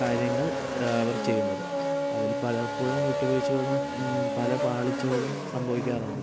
കാര്യങ്ങൾ അവർ ചെയ്യുന്നത് അതിൽ പലപ്പോഴും വിട്ടുവീഴ്ചകളും പല പാളിച്ചകളും സംഭവിക്കാറുണ്ട്